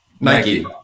Nike